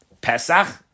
Pesach